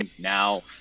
now